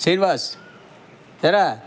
శ్రీనివాస్ ఏరా